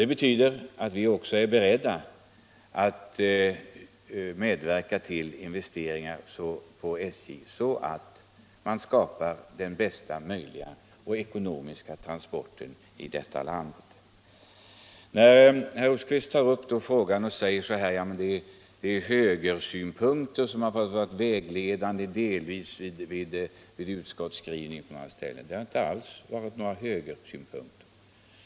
Det betyder att vi också är beredda att medverka till investeringar i SJ, så att man där kan erbjuda de mest ekonomiska transporterna i detta land. Herr Rosqvist sade också att det är högersynpunkter som delvis har varit vägledande vid utskottets skrivning. Nej. det har inte alls varit några högersynpunkter.